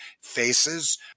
faces